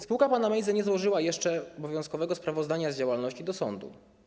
Spółka pana Mejzy nie złożyła jeszcze obowiązkowego sprawozdania z działalności do sądu.